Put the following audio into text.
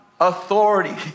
authority